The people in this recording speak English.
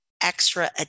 extra